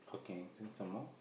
okay then some more